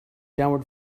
downward